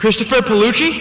christopher pollution